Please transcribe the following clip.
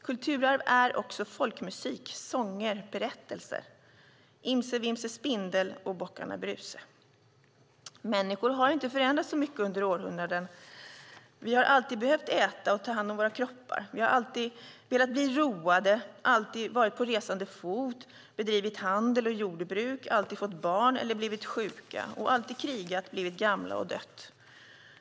Kulturarv är också folkmusik, sånger, berättelser - Imse vimse spindel och Bockarna Bruse . Människor har inte förändrats så mycket under århundradena. Vi har alltid behövt äta och ta hand om våra kroppar. Vi har alltid velat bli roade, alltid varit på resande fot, bedrivit handel och jordbruk, alltid fått barn eller blivit sjuka och alltid krigat, blivit gamla och dött.